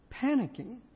panicking